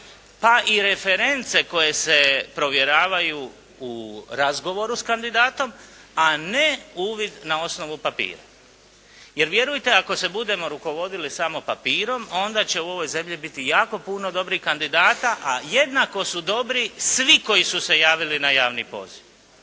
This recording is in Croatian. pa i reference koje se provjeravaju u razgovoru s kandidatom, a ne uvid na osnovu papira. Jer vjerujte ako se budemo rukovodili samo papirom onda će u ovoj zemlji biti jako puno dobrih kandidata a jednako su dobri svi koji su se javili na javni poziv.